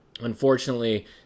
unfortunately